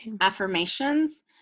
affirmations